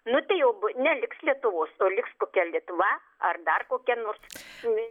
nu tai jau bu neliks lietuvos o liks kokia litva ar dar kokia nors